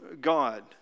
God